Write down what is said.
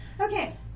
Okay